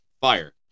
fire